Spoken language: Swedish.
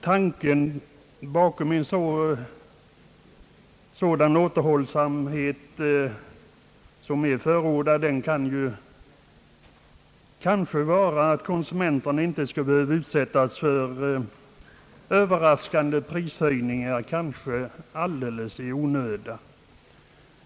Tanken bakom den förordade återhållsamheten kan kanske vara att konsumenterna inte skall utsättas för överraskande prishöjningar alldeles i onödan.